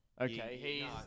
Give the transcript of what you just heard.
okay